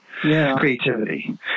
creativity